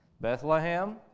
Bethlehem